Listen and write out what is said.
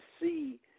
see